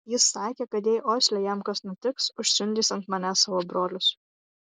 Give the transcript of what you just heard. jis sakė kad jei osle jam kas nutiks užsiundys ant manęs savo brolius